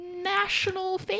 National